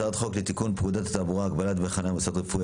הראשונה הצעת חוק לתיקון פקודת התעבורה (הגבלת דמי חניה במוסד רפואי),